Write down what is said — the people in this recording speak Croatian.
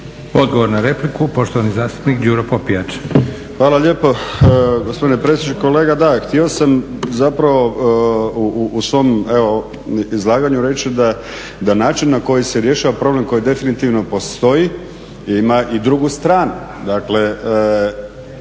Odgovor na repliku, poštovani zastupnik Đuro Popijač. **Popijač, Đuro (HDZ)** Hvala lijepo gospodine predsjedniče. Kolega, da, htio sam zapravo u svom evo izlaganju reći da način na koji se rješava problem koji definitivno postoji ima i drugu stranu.